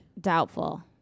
Doubtful